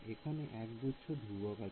এখানে একগুচ্ছ ধ্রুবক আছে